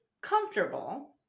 comfortable